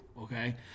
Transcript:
okay